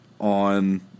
on